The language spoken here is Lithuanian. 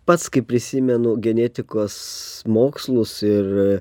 pats kaip prisimenu genetikos mokslus ir